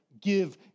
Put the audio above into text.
Give